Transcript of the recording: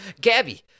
Gabby